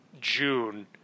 June